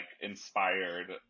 inspired